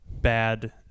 bad